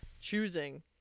choosing